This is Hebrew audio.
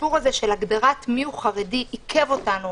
הסיפור של ההגדרה מיהו חרדי עיכב אותנו